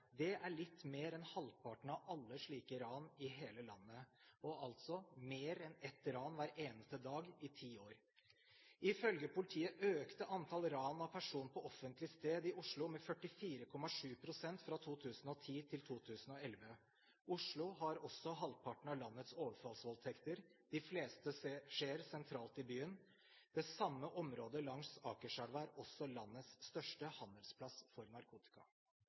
Det er litt mer enn halvparten av alle slike ran i hele landet. Og altså: mer enn ett ran hver eneste dag i ti år. Ifølge politiet økte antall ran av person på offentlig sted i Oslo med 44,7 pst. fra 2010 til 2011. Oslo har også halvparten av landets overfallsvoldtekter, de fleste skjer sentralt i byen. Det samme området langs Akerselva er også landets største handelsplass for narkotika.